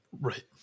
Right